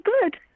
good